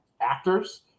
actors